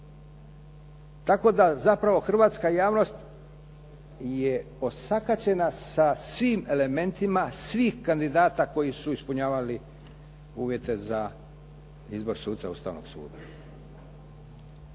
Tako da zapravo hrvatska javnost je osakaćena sa svim elementima svih kandidata koji su ispunjavali uvjete za izbor suca Ustavnog suda.